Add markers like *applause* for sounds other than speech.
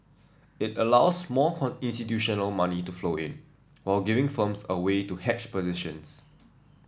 it allows more *unintelligible* institutional money to flow in while giving firms a way to hedge positions